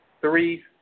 three